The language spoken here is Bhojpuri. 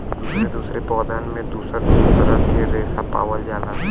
दुसरे दुसरे पौधन में दुसर दुसर तरह के रेसा पावल जाला